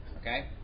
okay